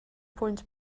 pwynt